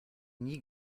nie